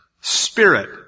spirit